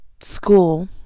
school